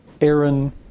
aaron